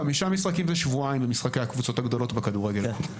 חמישה משחקים זה שבועיים במשחקי הקבוצות הגדולות בכדורגל.